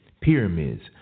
Pyramids